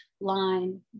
line